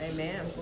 Amen